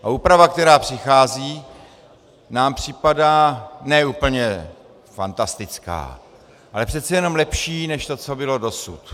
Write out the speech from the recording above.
A úprava, která přichází, nám připadá ne úplně fantastická, ale přece jenom lepší než to, co bylo dosud.